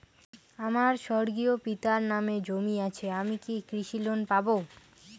আমার স্বর্গীয় পিতার নামে জমি আছে আমি কি কৃষি লোন পাব?